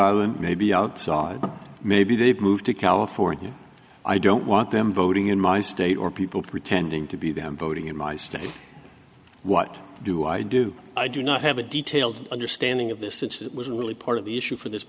island maybe outside maybe they've moved to california i don't want them voting in my state or people pretending to be them voting in my state what do i do i do not have a detailed understanding of this since it was really part of the issue for this